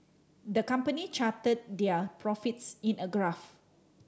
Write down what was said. the company charted their profits in a graph